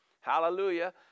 hallelujah